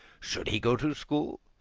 should he go to school,